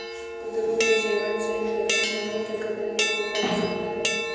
कुंदरू के सेवन से इन्फेक्शन होने के खतरे को रोका जा सकता है